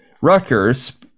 Rutgers